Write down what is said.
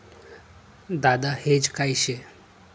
दादा हेज काय शे?